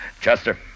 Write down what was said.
Chester